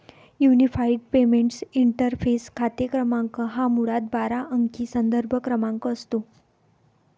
unified payments interface खाते क्रमांक हा मुळात बारा अंकी संदर्भ क्रमांक असतो